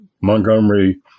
Montgomery